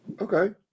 Okay